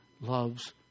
loves